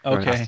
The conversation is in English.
Okay